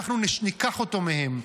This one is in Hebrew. אנחנו ניקח אותו מהם.